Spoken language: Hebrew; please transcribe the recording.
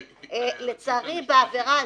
לצערי בעבֵרה הזו,